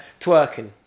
Twerking